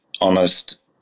honest